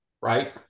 Right